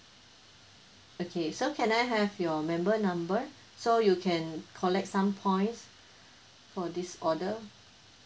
okay so can I have your member number so you can collect some points for this order